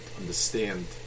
understand